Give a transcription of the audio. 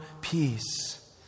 peace